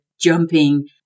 jumping